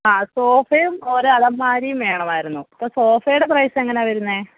ആ സോഫയും ഒരു അലമാരിയും വേണമായിരുന്നു ഇപ്പം സോഫയുടെ പ്രൈസ് എങ്ങനെയാണ് വരുന്നത്